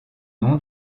nom